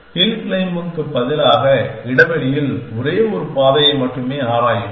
hill climbing க்குப் பதிலாக இடவெளியில் ஒரே ஒரு பாதையை மட்டுமே ஆராயும்